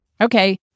okay